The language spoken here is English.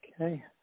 Okay